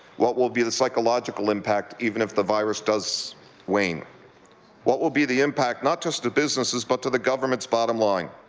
what will be the psychological impact even if the virus does snape what will be the impact not just to businesses but to the government's bottom line?